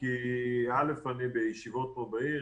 כי אני בישיבות פה בעיר.